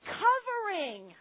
covering